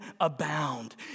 abound